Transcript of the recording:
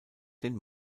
den